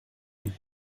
und